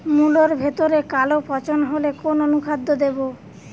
মুলোর ভেতরে কালো পচন হলে কোন অনুখাদ্য দেবো?